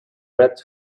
read